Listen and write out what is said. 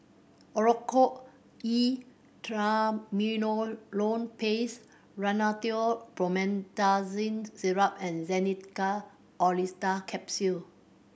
Oracort E Triamcinolone Paste Rhinathiol Promethazine Syrup and Xenical Orlistat Capsules